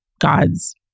God's